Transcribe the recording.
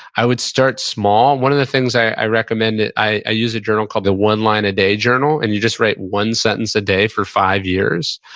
i would start small. one of the things i recommend it, i use a journal called the one line a day journal, and you just write one sentence a day for five years,